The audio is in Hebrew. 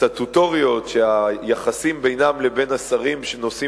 סטטוטוריות שהיחסים בינן לבין השרים שנושאים